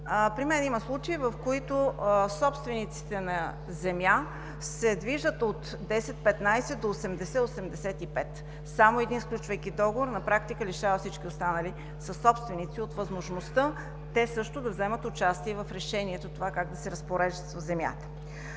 При мен има случаи, в които собствениците на земя се движат от 10-15 до 80-85, само един, сключвайки договор, на практика лишава всички останали съсобственици от възможността те също да вземат участие в решението това как да се разпореждат със земя.